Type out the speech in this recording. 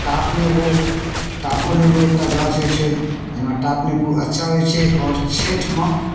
टाब नेबो टाबो नेबो एकटा गाछ होइ छै एहिमे टाब नेबो अच्छा होइ छै आओर छठिमे